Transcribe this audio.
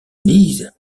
lise